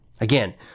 Again